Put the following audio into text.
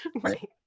right